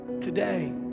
Today